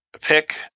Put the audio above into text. pick